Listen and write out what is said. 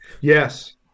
yes